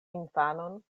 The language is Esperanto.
infanon